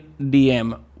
DM